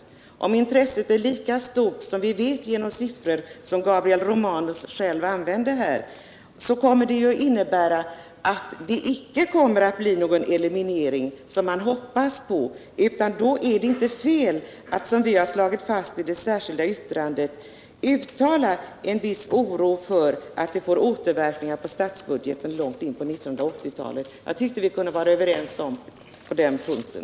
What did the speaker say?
Men om intresset är lika stort som framgår av de siffror som Gabriel Romanus själv använde kommer det icke att bli någon eliminering, som man hoppas. Då är det inte fel att, som vi gjort i det särskilda yttrandet, uttala en viss oro för att detta får återverkningar på statsbudgeten långt in på 1980 talet. Jag tycker att vi kunde vara överens på den punkten.